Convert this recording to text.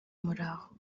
muraho